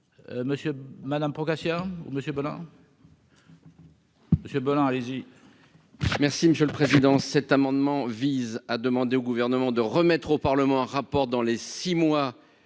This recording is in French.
Monsieur Madame Procaccia ou Monsieur Beulin. Monsieur Balland, allez-y. Merci Monsieur le Président, cet amendement vise à demander au gouvernement de remettre au Parlement un rapport dans les 6 mois